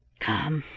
come,